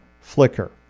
flicker